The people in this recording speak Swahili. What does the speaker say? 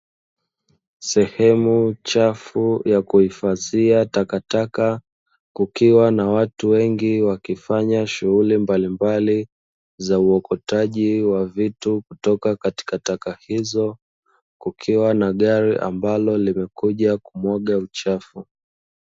Sehemu chafu ya kuhifadhia takataka, kukiwa na watu wengi wakifanya shughuli mbalimbali za uokotaji wa vitu kutoka katika taka hizo kukiwa na gari ambalo limekuja kumwaga uchafu.